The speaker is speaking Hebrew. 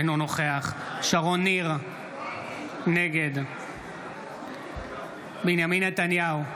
אינו נוכח שרון ניר, נגד בנימין נתניהו,